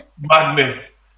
Madness